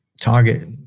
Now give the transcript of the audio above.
target